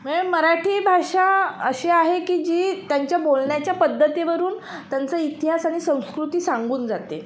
मये मराठी भाषा अशी आहे की जी त्यांच्या बोलण्याच्या पद्धतीवरून त्यांचं इतिहास आणि संस्कृती सांगून जाते